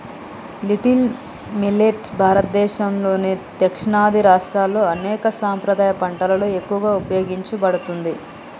little millet భారతదేసంలోని దక్షిణాది రాష్ట్రాల్లో అనేక సాంప్రదాయ పంటలలో ఎక్కువగా ఉపయోగించబడుతుంది